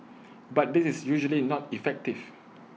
but this is usually not effective